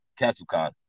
KatsuCon